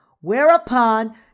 whereupon